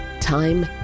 time